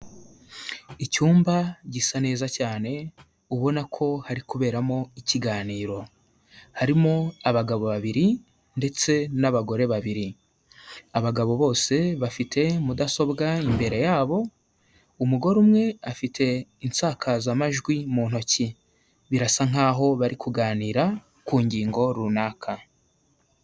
Icyumba gisa neza cyane, ubona ko hari kuberamo ikiganiro. Harimo abagabo babiri ndetse n'abagore babiri. Abagabo bose bafite mudasobwa imbere yabo, umugore umwe afite insakazamajwi mu ntoki. Birasa nkaho bari kuganira ku ngingo runaka.